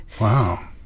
Wow